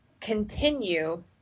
continue